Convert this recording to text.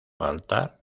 faltar